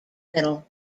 middle